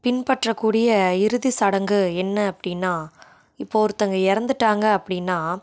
பின்பற்றக்கூடிய இறுதிச்சடங்கு என்ன அப்படின்னா இப்போ ஒருத்தங்க இறந்துட்டாங்க அப்படின்னா